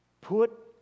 put